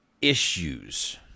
issues